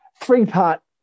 three-part